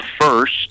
first